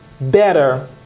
better